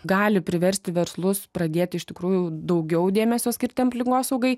gali priversti verslus pradėti iš tikrųjų daugiau dėmesio skirti aplinkosaugai